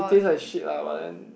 it taste like shit lah but then